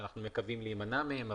שאנחנו מקווים להימנע מהן.